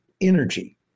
energy